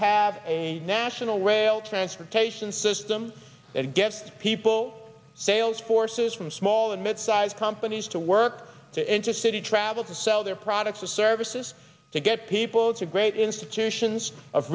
have a national rail transportation system that gets people sales forces from small and midsize companies to work to enter city travel to sell their products or services to get people to great institutions of